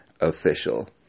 official